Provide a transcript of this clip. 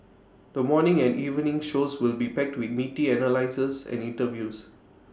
the morning and evening shows will be packed with meaty analyses and interviews